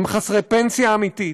הם חסרי פנסיה אמיתית,